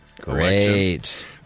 Great